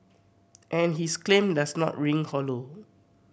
and his claim does not ring hollow